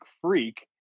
freak